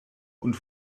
und